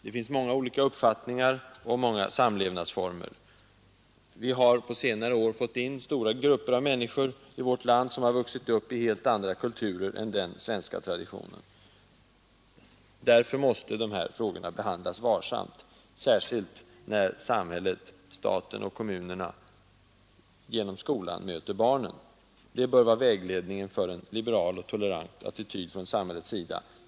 Det finns många olika uppfattningar och många samlevnadsformer. Vi har på senare år fått in stora grupper av människor i vårt land som har vuxit upp i helt andra kulturer än den svenska traditionen. Därför måste de här frågorna behandlas varsamt, särskilt när samhället — staten och kommunerna genom skolan möter barnen. Det bör vara vägledningen för en liberal och tolerant attityd från samhällets sida.